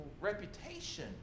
reputation